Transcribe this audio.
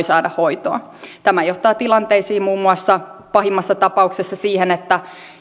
saada hoitoa tämä johtaa tilanteisiin muun muassa pahimmassa tapauksessa siihen että